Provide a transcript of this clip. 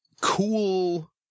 cool